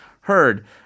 heard